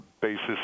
basis